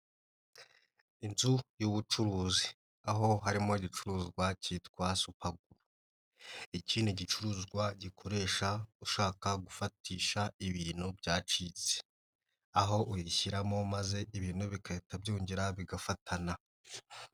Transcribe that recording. Inzu y'ubucuruzi aho harimo igicuruzwa kitwa supaguru. Iki ni igicuruzwa gikoresha ushaka gufatisha ibintu byacitse, aho uyishyiramo maze ibintu bigahita byongera bigafatana.